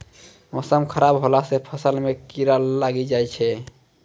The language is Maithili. मौसम खराब हौला से फ़सल मे कीड़ा लागी जाय छै?